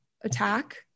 attack